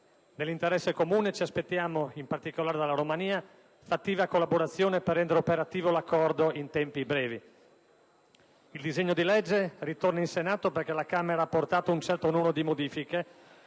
Nell'interesse comune ci aspettiamo, in particolare dalla Romania, fattiva collaborazione per rendere operativo l'accordo in tempi brevi. Il disegno di legge ritorna in Senato perché la Camera ha apportato un certo numero di modifiche,